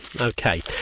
Okay